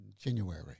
January